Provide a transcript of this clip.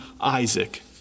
Isaac